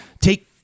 take